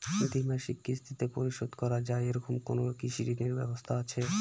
দ্বিমাসিক কিস্তিতে পরিশোধ করা য়ায় এরকম কোনো কৃষি ঋণের ব্যবস্থা আছে?